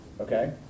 Okay